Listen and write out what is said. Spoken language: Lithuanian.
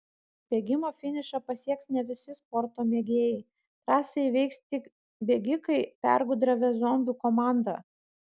bėgimo finišą pasieks ne visi sporto mėgėjai trasą įveiks tik bėgikai pergudravę zombių komandą